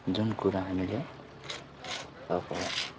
जुन कुरा हामीले अब